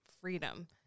freedom